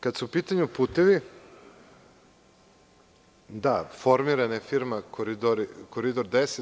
Kada su u pitanju putevi, da, formirana je firma Koridor 10.